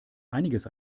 einiges